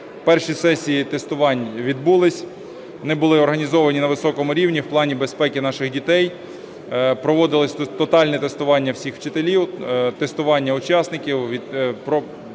перші сесії тестувань відбулися, вони були організовані на високому рівні в плані безпеки наших дітей, проводилося тотальне тестування всіх вчителів, тестування учасників,